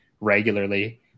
regularly